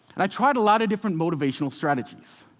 and i tried a lot of different motivational strategies.